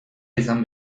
izan